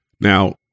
Now